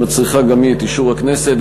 שמצריכה גם היא את אישור הכנסת.